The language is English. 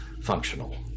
functional